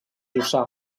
jussà